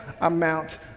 amount